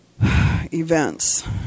events